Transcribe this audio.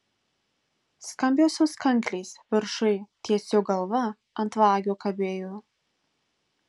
skambiosios kanklės viršuj ties jo galva ant vagio kabėjo